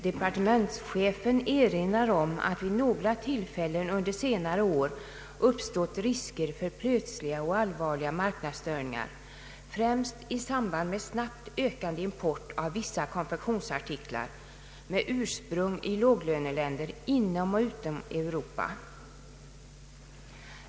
”Departementschefen erinrar om att vid några tillfällen under senare år uppstått risker för plötsliga och allvarliga marknadsstörningar, främst i samband med snabbt ökande import av vissa konfektionsartiklar med ursprung i låglöneländer inom och utom Europa.